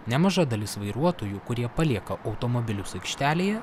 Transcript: nemaža dalis vairuotojų kurie palieka automobilius aikštelėje